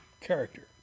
character